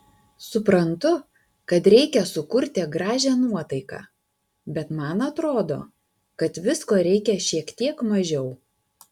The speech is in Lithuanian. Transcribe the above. suprantu kad reikia sukurti gražią nuotaiką bet man atrodo kad visko reikia šiek tiek mažiau